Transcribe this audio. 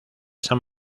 san